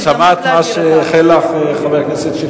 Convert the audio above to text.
אבל שמעת מה שאיחל לך חבר הכנסת שטרית?